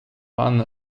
pan